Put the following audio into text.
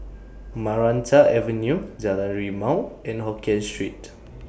Maranta Avenue Jalan Rimau and Hokien Street